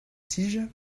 tige